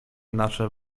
nasze